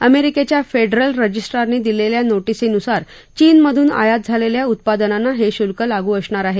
अमेरिकेच्या फेडरल रजिस्ट्रारनी दिलेल्या नोटीसीनुसार चीनमधून आयात झालेल्या उत्पादनांना हे शुल्क लागू असणार आहे